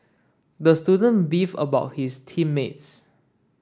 the student beefed about his team mates